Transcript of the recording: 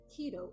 keto